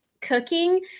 cooking